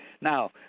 Now